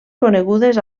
conegudes